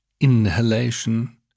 inhalation